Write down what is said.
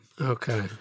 Okay